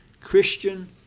Christian